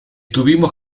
tuvimos